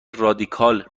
رادیکال